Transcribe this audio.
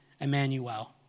Emmanuel